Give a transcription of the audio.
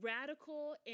radical